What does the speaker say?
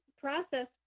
process